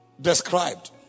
Described